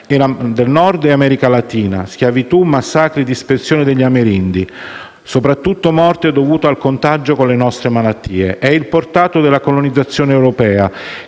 del Nord e l'America latina: schiavitù, massacri, dispersione degli amerindi, soprattutto morte dovuta al contagio con le nostre malattie. È il portato della colonizzazione europea,